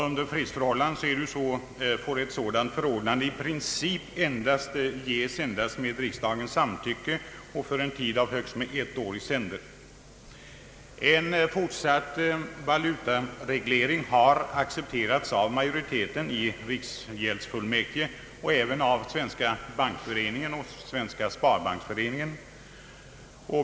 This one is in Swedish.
Under fredsförhållanden får ett sådant förordnande i princip ges endast med riksdagens samtycke och för en tid av högst ett år i sänder. En fortsatt valutareglering har accepterats av majoriteten i riksgäldsfullmäktige och även av Svenska bankföreningen och Svenska sparbanksföreningen.